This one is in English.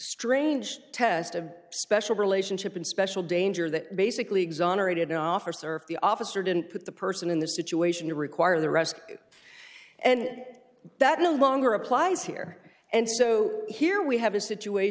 strange test of special relationship in special danger that basically exonerated an officer if the officer didn't put the person in the situation to require the rest and that no longer applies here and so here we have a situation